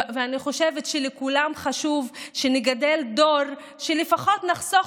אני חושבת שלכולם חשוב שנגדל דור שלפחות נחסוך